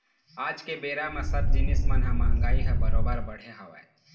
आज के बेरा म सब जिनिस मन म महगाई ह बरोबर बढ़े हवय